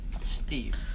Steve